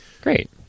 Great